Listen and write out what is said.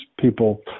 people